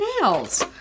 nails